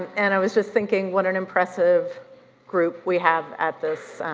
and i was just thinking, what an impressive group we have at this,